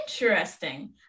Interesting